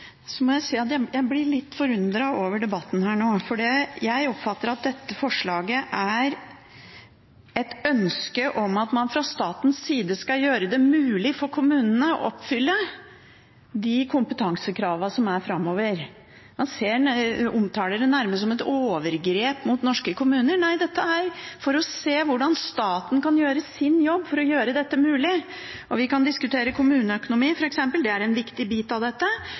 Så må jeg si at jeg blir litt forundret over debatten her nå. Jeg oppfatter at dette forslaget er et ønske om at man fra statens side skal gjøre det mulig for kommunene å oppfylle de kompetansekravene som er framover, og så omtaler man det nærmest som et overgrep mot norske kommuner. Nei, dette er for å se hvordan staten kan gjøre sin jobb for å gjøre dette mulig. Vi kan diskutere kommuneøkonomi f.eks. – det er en viktig bit av dette.